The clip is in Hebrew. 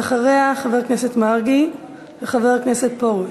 ואחריה, חבר הכנסת מרגי וחבר הכנסת פרוש.